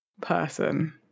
person